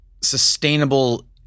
sustainable